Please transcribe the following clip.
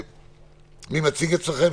מי מציג אצלכם?